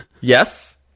Yes